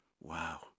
Wow